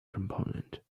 component